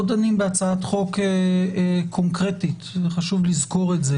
דנים בהצעת חוק קונקרטית חשוב לזכור את זה